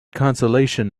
consolation